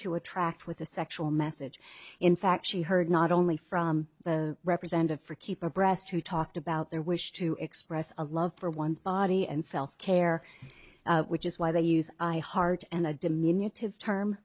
to attract with a sexual message in fact she heard not only from the representative for keeper breast who talked about their wish to express a love for one's body and self care which is why they use i heart and a diminutive term